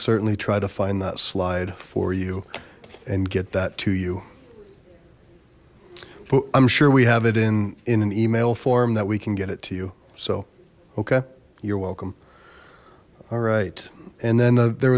certainly try to find that slide for you and get that to you but i'm sure we have it in in an email form that we can get it to you so okay you're welcome all right and then there